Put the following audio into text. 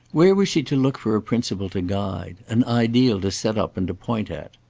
where was she to look for a principle to guide, an ideal to set up and to point at?